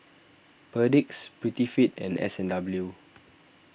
Perdix Prettyfit and S and W